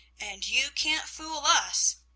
and you can't fool us!